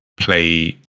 play